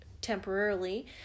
temporarily